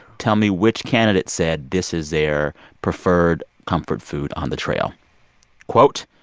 tell me which candidate said this is their preferred comfort food on the trail quote,